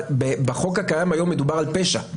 בחוק הקיים היום מדובר על פשע,